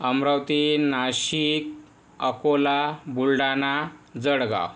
Amravati Nashik Akola Buldhana Jalgaon